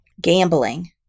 gambling